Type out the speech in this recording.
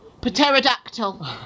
Pterodactyl